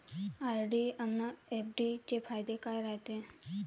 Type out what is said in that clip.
RD अन FD चे फायदे काय रायते?